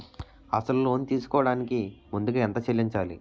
అసలు లోన్ తీసుకోడానికి ముందుగా ఎంత చెల్లించాలి?